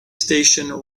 station